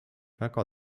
väga